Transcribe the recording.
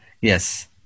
Yes